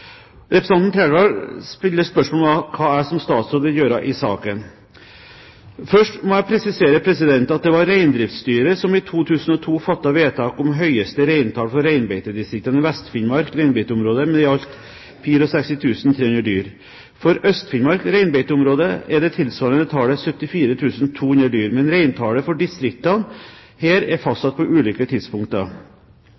Representanten Trældal stiller spørsmål om hva jeg som statsråd vil gjøre i saken. Først må jeg presisere at det var Reindriftsstyret som i 2002 fattet vedtak om høyeste reintall for reinbeitedistriktene i Vest-Finnmark reinbeiteområde, med i alt 64 300 dyr. For Øst-Finnmark reinbeiteområde er det tilsvarende tallet 74 200 dyr, men reintallet for distriktene her er